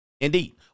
Indeed